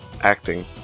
acting